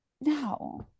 No